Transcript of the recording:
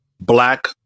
black